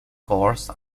course